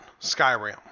Skyrim